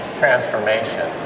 transformation